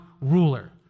ruler